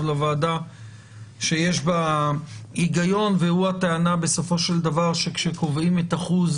לוועדה שיש בה הגיון וזאת הטענה שכאשר קובעים את אחוז